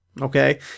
okay